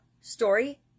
story